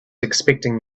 expecting